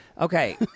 Okay